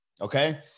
Okay